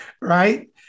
Right